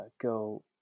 go